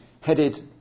headed